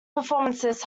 performances